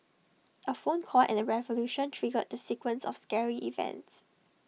A phone call and A revolution triggered the sequence of scary events